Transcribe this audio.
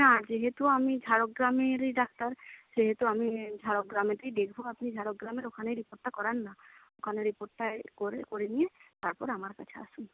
না যেহেতু আমি ঝাড়গ্রামেরই ডাক্তার সেহেতু আমি ঝাড়গ্রামেতেই দেখব আপনি ঝাড়গ্রামের ওখানেই রিপোর্টটা করান না ওখানে রিপোর্টটা করে করে নিয়ে তারপর আমার কাছে আসুন